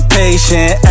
patient